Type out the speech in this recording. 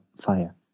fire